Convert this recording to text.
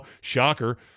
shocker